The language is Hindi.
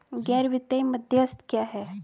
गैर वित्तीय मध्यस्थ क्या हैं?